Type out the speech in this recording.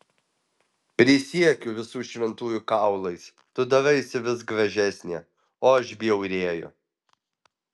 prisiekiu visų šventųjų kaulais tu daraisi vis gražesnė o aš bjaurėju